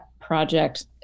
project